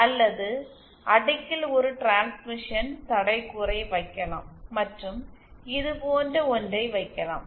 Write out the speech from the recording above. அல்லது அடுக்கில் ஒரு டிரான்ஸ்மிஷன் தட கூறை வைக்கலாம் மற்றும் இது போன்ற ஒன்றை வைக்கலாம்